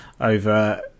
over